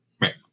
Right